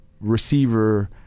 receiver